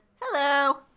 Hello